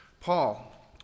Paul